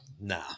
Nah